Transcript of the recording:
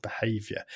behavior